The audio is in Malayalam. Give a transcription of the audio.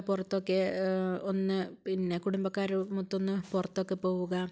പുറത്തോക്കെ ഒന്ന് പിന്നെ കുടുംബക്കാരുമൊത്തൊന്ന് പുറത്തൊക്കെ പോവുക